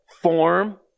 form